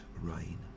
Rain